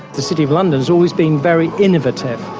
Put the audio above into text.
the city of london's always been very innovative,